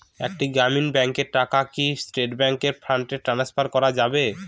একটি গ্রামীণ ব্যাংকের টাকা কি স্টেট ব্যাংকে ফান্ড ট্রান্সফার করা যাবে?